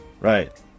right